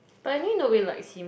but anyway nobody likes him